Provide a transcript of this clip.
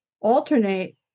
alternate